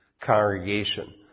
congregation